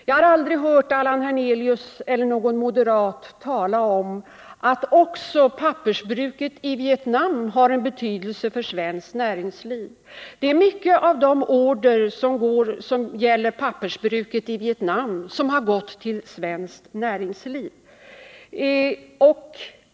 Jag har aldrig hört Allan Hernelius eller någon annan moderat tala om att också pappersbruket i Vietnam har en betydelse för svenskt näringsliv. Många av de order som gäller pappersbruket i Vietnam har gått till det svenska näringslivet.